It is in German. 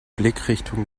blickrichtung